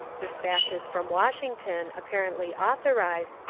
despatches from washington, apparently authorized,